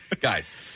Guys